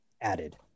added